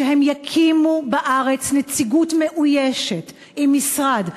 שהם יקימו בארץ נציגות מאוישת עם משרד,